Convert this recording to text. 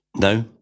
No